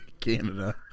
Canada